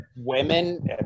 women